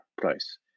price